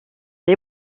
les